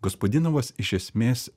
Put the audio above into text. gospadinovas iš esmės